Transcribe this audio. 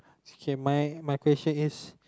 K my my question is